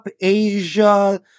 Asia